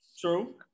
True